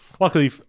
luckily